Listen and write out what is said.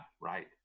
right